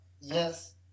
Yes